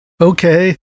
Okay